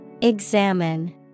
Examine